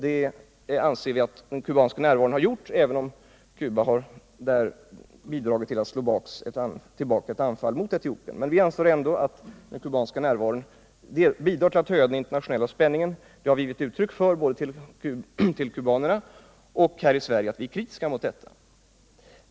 Det anser vi att den kubanska närvaron har gjort, även om Cuba bidragit till att slå tillbaka ett anfall mot Etiopien. Den kubanska närvaron anser vi bidrar till en höjning av den internationella spänningen, och vi har gett uttryck för — både till kubanerna och här i Sverige — att vi är kritiska mot detta.